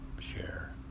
share